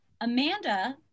amanda